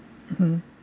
mmhmm